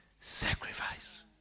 sacrifice